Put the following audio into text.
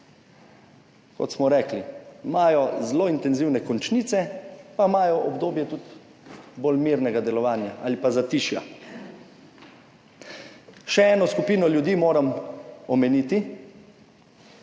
kot smo rekli, imajo zelo intenzivne končnice, pa imajo obdobje tudi bolj mirnega delovanja ali pa zatišja. Še eno skupino ljudi moram omeniti,